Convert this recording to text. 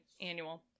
annual